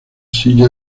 silla